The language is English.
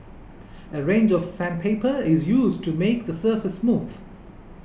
a range of sandpaper is used to make the surface smooth